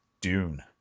Dune